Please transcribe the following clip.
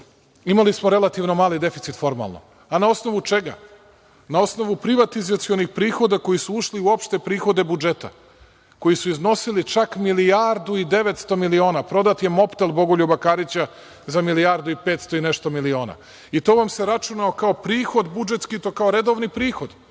imali smo relativno mali deficit formalno. A na osnovu čega? Na osnovu privatizacionih prihoda koji su ušli u opšte prihode budžeta, koji su iznosili čak milijardu i 900 miliona. Prodat je „Mobtel“ Bogoljuba Karića za milijardu i petsto i nešto miliona. I to vam se računao kao prihod budžetski, i to kao redovni prihod.